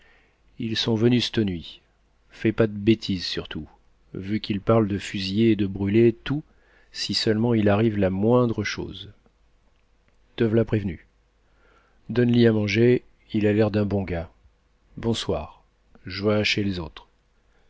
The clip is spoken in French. ils sont venus c'te nuit fais pas de bêtise surtout vu qu'ils parlent de fusiller et de brûler tout si seulement il arrive la moindre chose te v'la prévenu donne li à manger il a l'air d'un bon gars bonsoir je vas chez l's'autres